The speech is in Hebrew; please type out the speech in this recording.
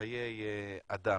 חיי אדם.